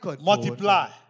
multiply